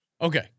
Okay